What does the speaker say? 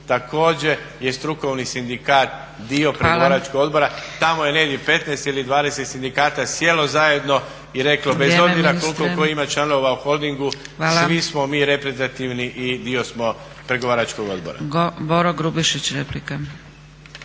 također je strukovni sindikat dio pregovaračkog odbora, tamo je negdje 15 ili 20 sindikata sjelo zajedno i reklo bez obzira koliko tko ima članova u Holdingu svi smo mi reprezentativni i dio smo pregovaračkog odbora.